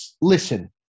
listen